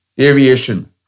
Aviation